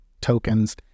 tokens